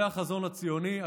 זה החזון הציוני,